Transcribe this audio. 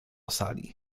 sali